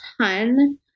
ton